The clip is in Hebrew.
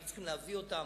אנחנו צריכים להביא אותם,